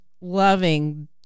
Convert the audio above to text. loving